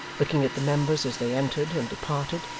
looking at the members as they entered and departed,